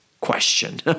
question